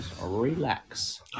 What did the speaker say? relax